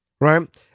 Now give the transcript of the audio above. right